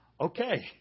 okay